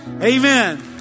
Amen